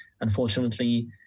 unfortunately